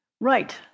Right